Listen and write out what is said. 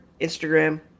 instagram